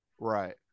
right